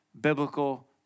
biblical